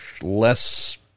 less